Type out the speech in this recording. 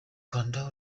rwanda